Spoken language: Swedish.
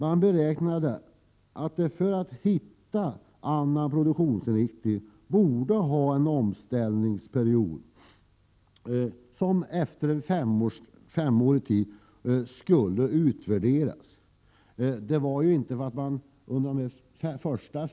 Man räknade med en viss omställningstid för att hitta annan produktionsinriktning, och efter fem års tid skulle detta utvärderas.